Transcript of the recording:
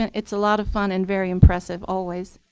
it's a lot of fun and very impressive always.